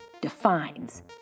defines